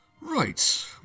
Right